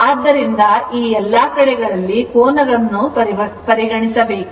ಆದ್ದರಿಂದ ಈ ಎಲ್ಲಾ ಕಡೆಗಳಲ್ಲಿ ಕೋನವನ್ನು ಪರಿಗಣಿಸಬೇಕು